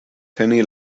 teni